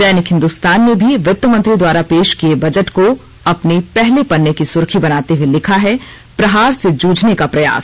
दैनिक हिन्दुस्तान ने भी वित्त मंत्री द्वारा पेश किए बजट को अपने पहले पन्ने की सुर्खी बनाते हुए लिखा है प्रहार से जूझने का प्रयास